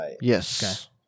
Yes